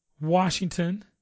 Washington